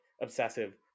obsessive